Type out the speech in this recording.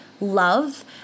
love